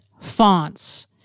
fonts